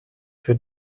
für